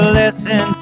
listen